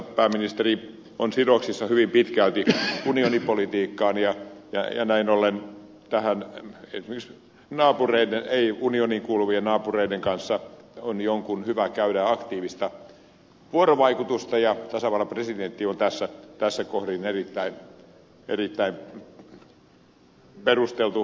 pääministeri on sidoksissa hyvin pitkälti unionipolitiikkaan ja näin ollen esimerkiksi ei unioniin kuuluvien naapureiden kanssa on jonkun hyvä käydä aktiivista vuorovaikutusta ja tasavallan presidentti on tässä kohdin erittäin perusteltu yhteistyökumppani